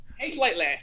Slightly